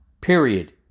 period